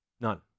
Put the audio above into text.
None